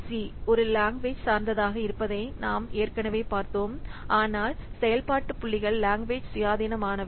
C ஒரு language சார்ந்ததாக இருப்பதை நாம் ஏற்கனவே பார்த்தோம் ஆனால் செயல்பாட்டு புள்ளிகள் லாங்குவேஜ் சுயாதீனமானவை